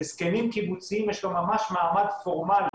בהסכמים קיבוציים יש לו ממש מעמד פורמלי,